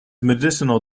medicinal